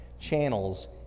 channels